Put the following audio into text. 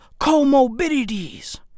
comorbidities